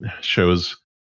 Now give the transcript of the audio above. shows